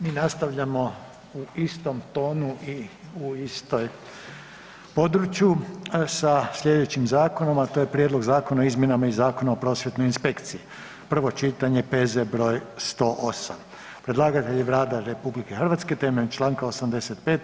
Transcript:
Mi nastavljamo u istom tonu i u istom području sa sljedećim zakonom, a to je: - Prijedlog zakona o izmjenama Zakona o prosvjetnoj inspekciji, prvo čitanje, P.Z. br. 108 Predlagatelj je Vlada RH temeljem Članka 85.